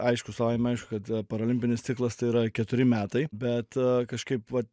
aišku savaime aišku kad parolimpinis ciklas tai yra keturi metai bet kažkaip vat